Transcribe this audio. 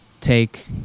take